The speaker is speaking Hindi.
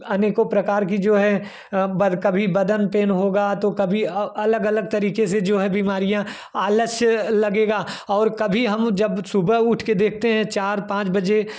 अनेकों प्रकार कि जो है बद कभी बदन पेन होगा तो अ अलग अलग तरीके से जो है बीमारियाँ आलस्य लगेगा और कभी हम जब सुबह उठकर देखते हैं चार पाँच बजे